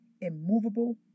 immovable